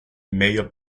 medio